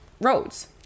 roads